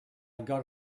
got